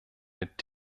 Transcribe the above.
mit